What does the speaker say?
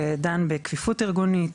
ודן בכפיפות ארגונית,